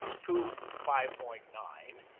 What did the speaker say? two five point nine,